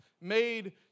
made